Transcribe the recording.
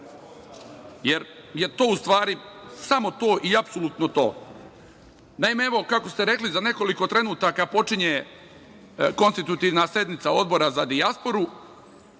jer je to u stvari, samo to, i apsolutno to. Naime, kako ste rekli, za nekoliko trenutaka počinje konstitutivna sednica odbora za dijasporu.